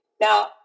Now